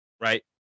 Right